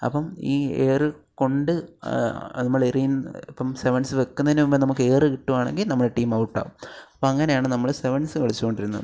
അപ്പം ഈ ഏറ് കൊണ്ട് നമ്മൾ എറിയുന്ന ഇപ്പം സെവൻസ് വയ്ക്കുന്നതിന് മുമ്പേ നമുക്ക് ഏറ് കിട്ടുകയാണെങ്കിൽ നമ്മളെ ടീം ഔട്ട് ആവും അപ്പം അങ്ങനെയാണ് നമ്മൾ സെവൻസ് കളിച്ചു കൊണ്ടിരുന്നത്